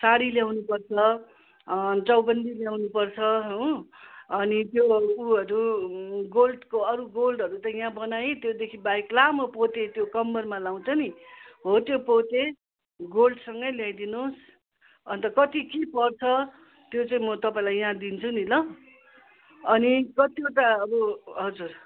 साड़ी ल्याउनु पर्छ चौबन्दी ल्याउनु पर्छ हो अनि त्यो उयोहरू गोल्डको अरू गोल्डहरू त यहाँ बनाएँ त्योदेखि बाहेक लामो पोते त्यो कम्मरमा लगाउँछ नि हो त्यो पोते गोल्डसँगै ल्याइदिनु होस् अन्त कति के पर्छ त्यो चाहिँ म तपाईँलाई यहाँ दिन्छु नि ल अनि कतिवटा अब हजुर